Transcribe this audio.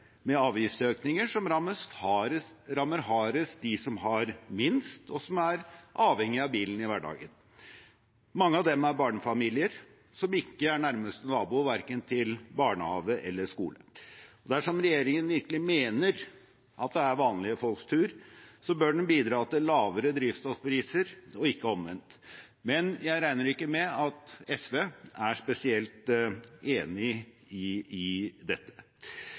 med avgiftsøkninger som rammer hardest dem som har minst, og som er avhengig av bilen i hverdagen. Mange av dem er barnefamilier som ikke er nærmeste nabo verken til barnehage eller skole. Dersom regjeringen virkelig mener at det er vanlige folks tur, bør den bidra til lavere drivstoffpriser og ikke omvendt. Men jeg regner ikke med at SV er spesielt enig i dette. Det er rekordnivå for strømpriser mange steder i landet. Dette